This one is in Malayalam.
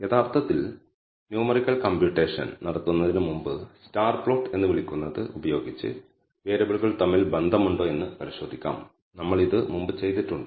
യഥാർത്ഥത്തിൽ ന്യൂമെറിക്കൽ കംപ്യൂട്ടേഷൻ നടത്തുന്നതിന് മുമ്പ് സ്കാറ്റർ പ്ലോട്ട് എന്ന് വിളിക്കുന്നത് ഉപയോഗിച്ച് വേരിയബിളുകൾ തമ്മിൽ ബന്ധമുണ്ടോ എന്ന് പരിശോധിക്കാം നമ്മൾ ഇത് മുമ്പ് ചെയ്തിട്ടുണ്ട്